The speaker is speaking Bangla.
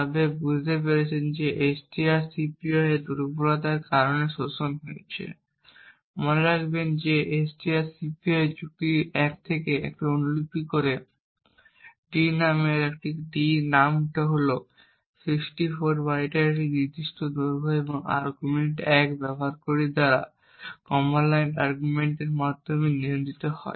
তবে আপনি বুঝতে পেরেছেন যে strcpy এর এই দুর্বলতার কারণে শোষণ হয়েছে মনে রাখবেন যে strcpy যুক্তি 1 থেকে কিছু অনুলিপি করে d নামের মধ্যে তাই d নাম হল 64 বাইটের একটি নির্দিষ্ট দৈর্ঘ্য এবং আর্গুমেন্ট 1 ব্যবহারকারীর দ্বারা কমান্ড লাইন আর্গুমেন্টের মাধ্যমে নিয়ন্ত্রিত হয়